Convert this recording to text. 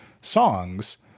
songs